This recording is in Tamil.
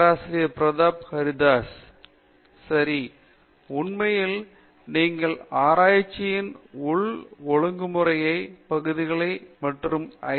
பேராசிரியர் பிரதாப் ஹரிதாஸ் சரி உண்மையில் நீங்கள் ஆராய்ச்சியின் உள் ஒழுங்குமுறைப் பகுதிகள் மற்றும் ஐ